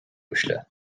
uaisle